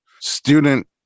student